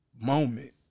moment